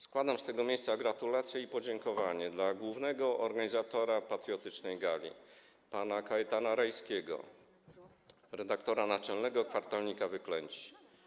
Składam z tego miejsca gratulacje i podziękowania dla głównego organizatora patriotycznej gali pana Kajetana Rajskiego, redaktora naczelnego kwartalnika „Wyklęci”